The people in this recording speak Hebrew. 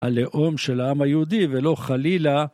הלאום של העם היהודי ולא חלילה,